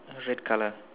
red colour